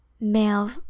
male